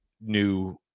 new